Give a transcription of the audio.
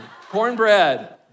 cornbread